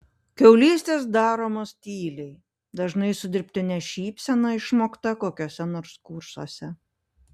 kiaulystės daromos tyliai dažnai su dirbtine šypsena išmokta kokiuose nors kursuose